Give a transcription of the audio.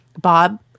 Bob